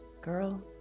Girl